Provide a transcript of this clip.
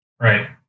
Right